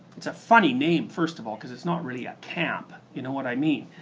it's a funny name first of all because it's not really a camp. you know what i mean,